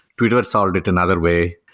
twitter solved it another way.